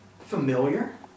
familiar